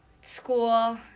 school